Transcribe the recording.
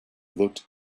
looked